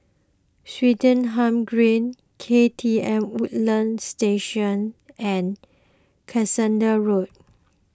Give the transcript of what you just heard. Swettenham Green K T M Woodlands Station and Cuscaden Road